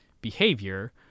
behavior